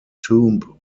tomb